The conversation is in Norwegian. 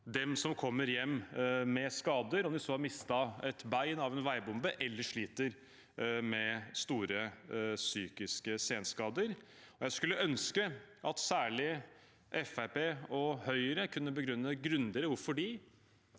dem som kommer hjem med skader, om de har mistet et bein av en veibombe eller sliter med store psykiske senskader. Jeg skulle ønske at særlig Fremskrittspartiet og Høyre kunne begrunne grundigere hvorfor de